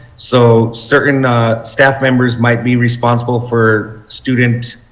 so certain staff members might be responsible for student,